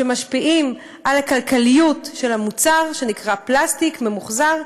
שמשפיעים על הכלכליות של המוצר שנקרא פלסטיק ממוחזר,